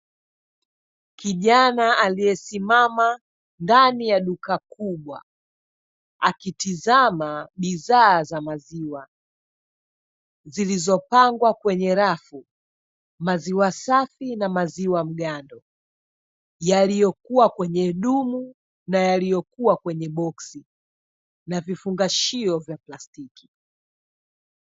Kijana aliyesimama ndani ya duka kubwa akitizama bidhaa za maziwa, zilizopangwa kwenye rafu, maziwa safi na maziwa mgando yaliyokuwa kwenye dumu na yaliyokuwa kwenye boksi na vifungashio vya plastiki.